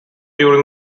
during